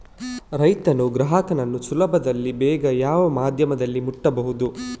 ರೈತನು ಗ್ರಾಹಕನನ್ನು ಸುಲಭದಲ್ಲಿ ಬೇಗ ಯಾವ ಮಾಧ್ಯಮದಲ್ಲಿ ಮುಟ್ಟಬಹುದು?